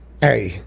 hey